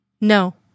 No